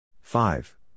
Five